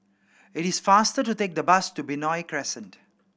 it is faster to take the bus to Benoi Crescent